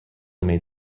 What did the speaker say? made